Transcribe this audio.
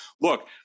Look